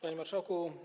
Panie Marszałku!